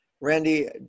Randy